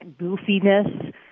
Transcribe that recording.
goofiness